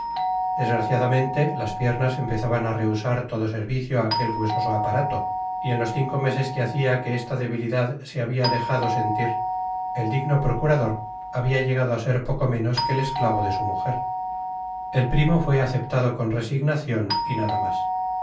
desgraciadamente las piernas empezaban á rehusar todo servicio á aquel huesoso aparato y en los cinco meses que hacia que esta debilidad se habia dejado sentir el digno procurador habia llegado á ser poco menos que el esclavo de su mujer el primo fué aceptado con resignacion y nada mas